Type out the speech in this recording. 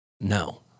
No